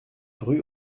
rue